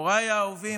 הוריי האהובים,